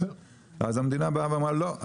אז המדינה באה ואמרה לא,